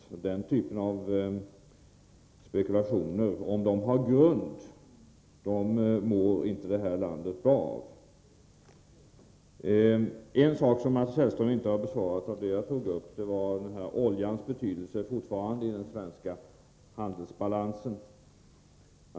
Det här landet mår inte bra av den typen av spekulationer — om de har saklig grund. Av det jag tog upp har Mats Hellström inte berört den betydelse oljan fortfarande har i den svenska handelsbalansen.